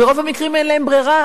ברוב המקרים אין להן ברירה.